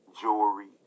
jewelry